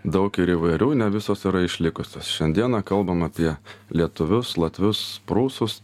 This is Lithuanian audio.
daug ir įvairių ne visos yra išlikusios šiandieną kalbam apie lietuvius latvius prūsus